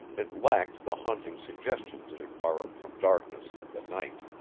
it lacked the haunting suggestions it had borrowed from darkness and the night.